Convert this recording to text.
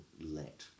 let